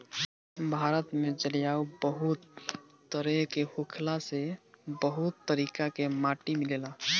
भारत में जलवायु बहुत तरेह के होखला से बहुत तरीका के माटी मिलेला